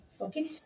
Okay